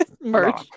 merch